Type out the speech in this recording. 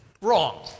wrong